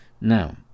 Now